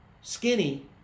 skinny